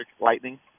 lightning